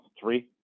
three